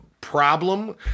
problem